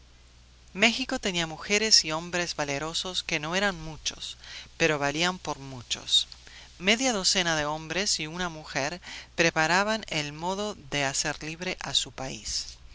méxico tenía mujeres y hombres valerosos que no eran muchos pero valían por muchos media docena de hombres y una mujer preparaban el modo de hacer libre a su país